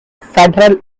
federal